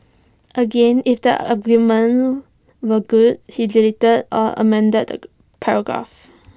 again if the arguments were good he deleted or amended the paragraphs